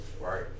Right